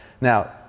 Now